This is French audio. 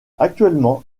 actuellement